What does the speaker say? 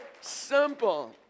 simple